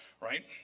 right